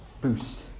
boost